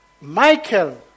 Michael